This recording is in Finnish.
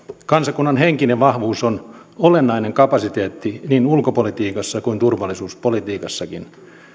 kansakunnan henkinen vahvuus on olennainen kapasiteetti niin ulkopolitiikassa kuin turvallisuuspolitiikassakin